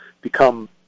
become